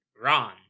Ron